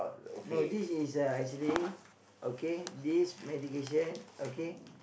no this is uh actually okay this medication okay